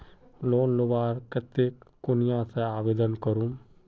Loan लुबार केते कुनियाँ से आवेदन करूम?